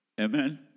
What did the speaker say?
Amen